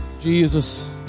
Jesus